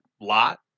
lot